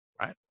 right